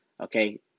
Okay